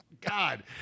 God